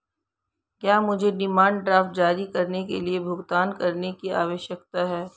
क्या मुझे demand draft जारी करने के लिए भुगतान करने की आवश्यकता है?